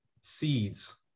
seeds